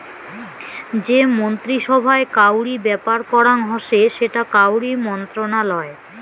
যে মন্ত্রী সভায় কাউরি ব্যাপার করাং হসে সেটা কাউরি মন্ত্রণালয়